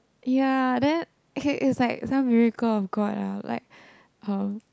ya then okay is like some miracle of God ah like um